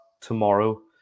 Tomorrow